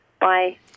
Bye